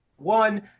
One